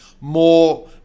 More